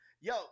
Yo